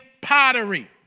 pottery